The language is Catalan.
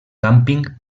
càmping